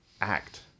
act